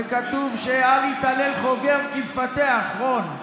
וכתוב ש"אל יתהלל חוגר כמפתח", רון.